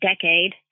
decade